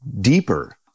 deeper